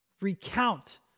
recount